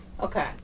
Okay